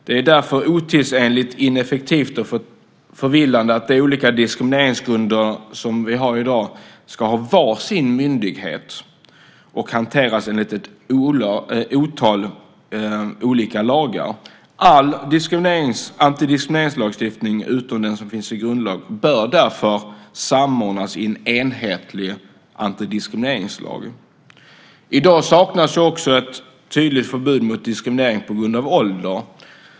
Det är därför otidsenligt, ineffektivt och förvillande att olika diskrimineringsgrunder ska hanteras av varsin myndighet och ett otal olika lagar. All antidiskrimineringslagstiftning, utom den som finns i grundlagen, bör därför samordnas i en enhetlig antidiskrimineringslag. I dag saknas också ett tydligt förbud mot diskriminering på grund av ålder.